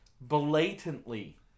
blatantly